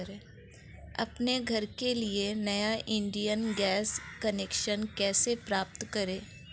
अपने घर के लिए नया इंडियन गैस कनेक्शन कैसे प्राप्त करें?